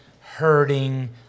hurting